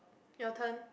your turn